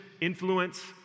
influence